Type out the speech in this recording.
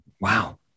Wow